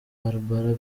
barbara